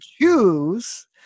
choose